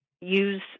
use